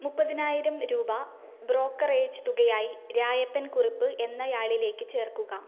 മുപ്പതിനായിരം രൂപ ബ്രോക്കറേജ് തുകയായി രായപ്പൻ കുറുപ്പ് എന്നയാളിലേക്ക് ചേർക്കുക